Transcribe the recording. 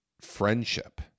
friendship